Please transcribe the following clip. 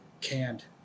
canned